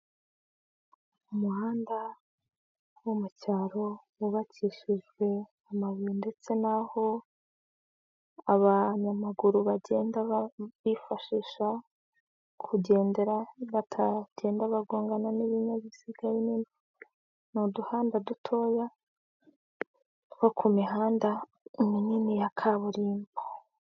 Umuhanda wo mucyaro wubakishijwe amabuye ndetse n'aho abanyamaguru bagenda bifashisha kugendera batagenda bagongana n'ibinyabiziga binini, n'uduhanda dutoya two ku mihanda minini ya kaburimbo.